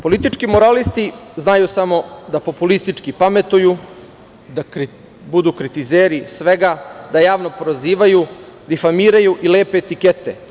Politički moralisti znaju samo da populistički pametuju, da budu kritizeri svega, da javno prozivaju, difamiraju i lepe etikete.